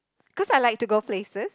cause I like to go places